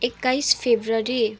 एक्काइस फेब्रुअरी